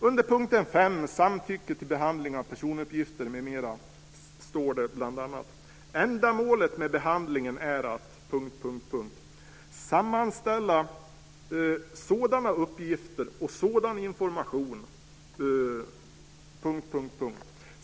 Under punkten 5, Samtycke till behandling av personuppgifter, m.m., står det bl.a.: "Ändamålet med behandlingen är att . sammanställa sådana uppgifter och sådan information .